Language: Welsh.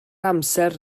amser